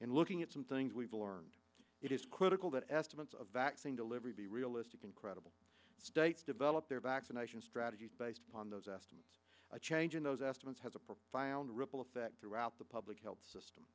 and looking at some things we've learned it is critical that estimates of vaccine delivery be realistic and credible states develop their vaccination strategies based upon those estimates a change in those estimates has a profound ripple effect throughout the public health system